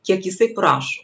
kiek jisai prašo